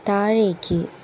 താഴേക്ക്